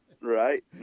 Right